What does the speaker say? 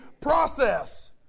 process